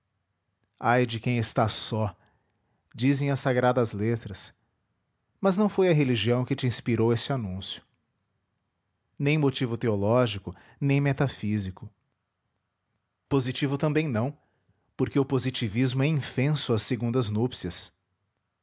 ai de quem está só dizem as sagradas letras mas não foi a religião que te inspirou esse anúncio nem motivo teológico nem metafísico positivo também não porque o positivismo é infenso às segundas núpcias